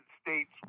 States